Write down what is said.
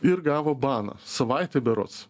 ir gavo baną savaitę berods